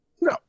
No